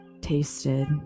tasted